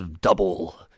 double